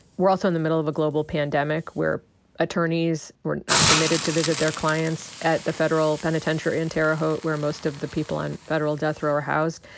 we're also in the middle of a global pandemic where attorneys were not permitted to visit their clients at the federal penitentiary in terre haute, where most of the people on federal death row are housed.